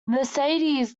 mercedes